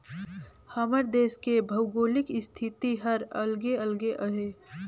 हमर देस के भउगोलिक इस्थिति हर अलगे अलगे अहे